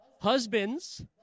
Husbands